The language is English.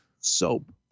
Soap